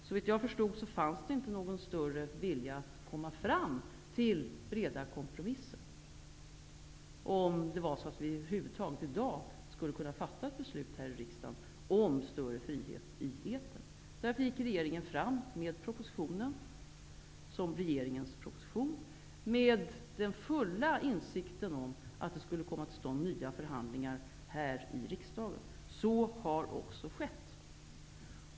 Såvitt jag förstod fanns det inte någon större vilja att komma fram till breda kompromisser, om det var så att vi i dag över huvud taget skulle kunna fatta ett beslut här i riksdagen om större frihet i etern. Därför lade regeringen fram propositionen med den fulla insikten om att det skulle komma till stånd nya förhandlingar här i riksdagen. Så har också skett.